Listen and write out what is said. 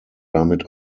damit